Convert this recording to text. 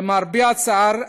למרבה הצער,